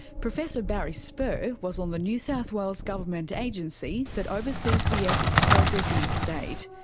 professor barry spurr was on the new south wales government agency that oversees the ethics process in the state.